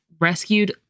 rescued